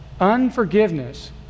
Unforgiveness